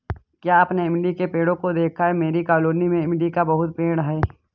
क्या आपने इमली के पेड़ों को देखा है मेरी कॉलोनी में इमली का बहुत बड़ा पेड़ है